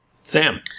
Sam